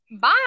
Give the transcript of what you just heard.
Bye